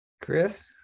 Chris